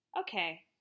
Okay